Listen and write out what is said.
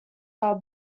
are